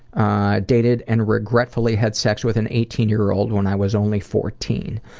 i dated and regretfully had sex with an eighteen year old when i was only fourteen.